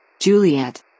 Juliet